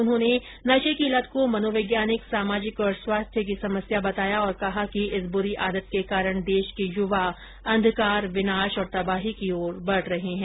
उन्होंने नशे की लत को मनोवैज्ञानिक सामाजिक और स्वास्थ्य की समस्या बताया और कहा कि इस बूरी आदत के कारण देश के युवा अंधकार विनाश और तबाही की ओर बढ़ रहे हैं